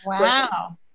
Wow